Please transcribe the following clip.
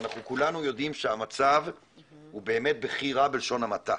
ואנחנו כולנו יודעים שהמצב הוא באמת בכי רע בלשון המעטה.